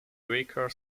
weaker